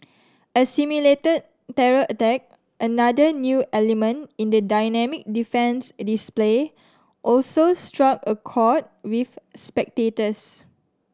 a simulated terror attack another new element in the dynamic defence display also struck a chord with spectators